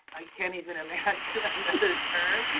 i can't even imagine another term.